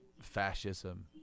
fascism